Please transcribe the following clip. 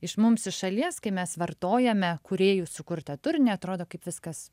iš mums iš šalies kai mes vartojame kūrėjų sukurtą turinį atrodo kaip viskas